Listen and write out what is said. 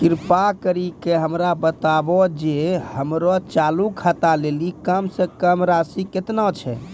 कृपा करि के हमरा बताबो जे हमरो चालू खाता लेली कम से कम राशि केतना छै?